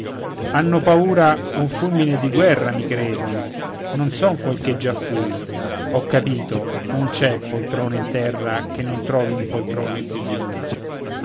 hanno paura un fulmine di guerra mi credono non son quel che già fui ho capito non c'è poltrone in terra che non trovi un poltrone più di lui